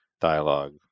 dialogue